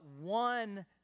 one